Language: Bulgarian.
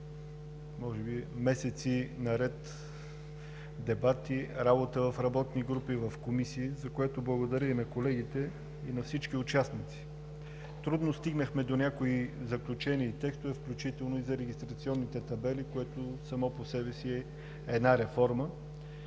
може би месеци наред дебати, работа в работни групи и в комисии, за което благодаря и на колегите, и на всички участници. Трудно стигнахме до някои заключения и текстове, включително и за регистрационните табели, което само по себе си е една реформа,